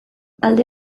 alde